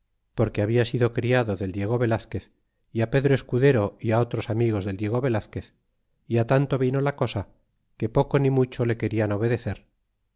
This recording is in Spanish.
porque habla sido criado del diego velazquez y pedro escudero y otros amigos del diego velazquez y tanto vino la cosa que poco ni mucho le querian obedecer